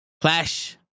Clash